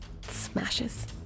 smashes